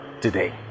today